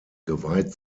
geweiht